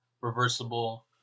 reversible